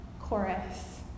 chorus